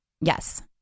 yes